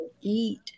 eat